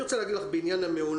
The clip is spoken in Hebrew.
אני רוצה להגיד לך בעניין המעונות,